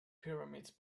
pyramids